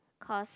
cause